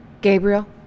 Gabriel